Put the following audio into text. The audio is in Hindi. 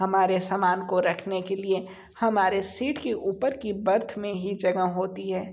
हमारे सामान को रखने के लिए हमारे सीट की ऊपर की बर्थ में ही जगह होती है